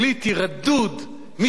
מי שמעז לומר את הדברים הללו,